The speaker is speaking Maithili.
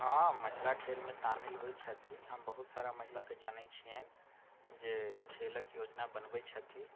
हँ महिला खेलमे शामिल होइ छथी हम बहुत सारा महिलाके जानै छियनि जे खेलक योजना बनबै छथी